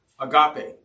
agape